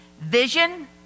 vision